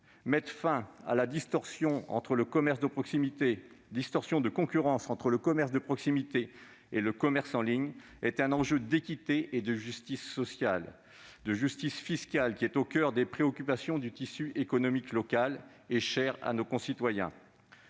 Mettre fin à la distorsion de concurrence entre le commerce de proximité et le commerce en ligne est un enjeu d'équité et de justice sociale et fiscale- c'est une question qui est au coeur des préoccupations des acteurs du tissu économique local cher à nos concitoyens.